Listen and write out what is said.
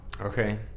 Okay